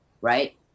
right